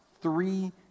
three